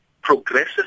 progressive